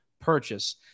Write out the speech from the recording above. purchase